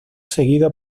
seguido